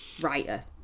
writer